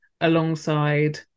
alongside